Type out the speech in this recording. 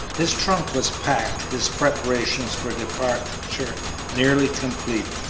his trunk was packed, his preparations for departure nearly complete,